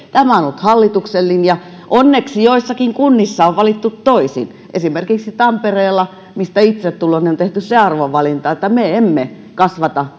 tämä on ollut hallituksen linja onneksi joissakin kunnissa on valittu toisin esimerkiksi tampereella mistä itse tulen on tehty se arvovalinta että me emme kasvata